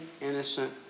innocent